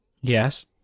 yes